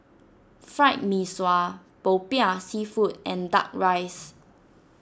Fried Mee Sua Popiah Seafood and Duck Rice